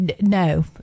no